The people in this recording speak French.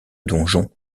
donjon